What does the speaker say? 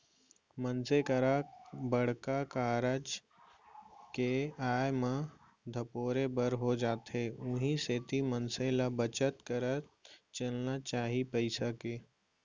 मनसे करा बड़का कारज के आय म धपोरे बर हो जाथे उहीं सेती मनसे ल बचत करत चलना चाही पइसा के